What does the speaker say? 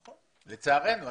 לצערנו.